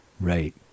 Right